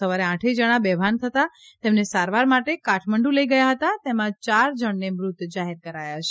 સવારે આઠેય જણા બેભાન થતાં તેમને સારવાર માટે કાઠમંડુ લઇ ગયા હતા તેમાં ચાર જણને મૃત જાહેર કરાયા છે